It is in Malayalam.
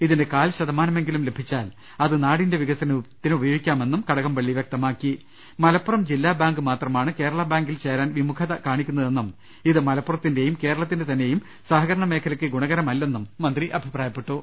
ഇതിന്റെ കാൽ ശതമാനമെ ങ്കിലും ലഭിച്ചാൽ അത് നാടിന്റെ വികസനത്തിന് ഉപയോഗിക്കാമെന്നും കട കംപള്ളി വൃക്തമാക്കി മലപ്പുറം ജില്ലാ ബാങ്ക് മാത്രമാണ് കേരള ബാങ്കിൽ ചേരാൻ വിമുഖത കാണിക്കുന്നതെന്നും ഇത് മലപ്പുറത്തിന്റെയും കേരളത്തിന്റെ തന്നെയും സഹകരണമേഖലയ്ക്ക് ഗുണകരമല്ലെന്നും മന്ത്രി അഭിപ്രായപ്പെട്ടു